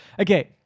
Okay